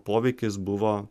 poveikis buvo